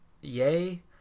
Yay